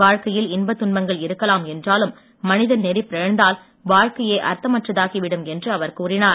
வாழ்க்கையில் இன்ப துன்பங்கள் இருக்கலாம் என்றாலும் மனிதன் நெறி பிறழ்ந்தால் வாழ்க்கையே அர்த்தமற்றதாகி விடும் என்று அவர் கூறினார்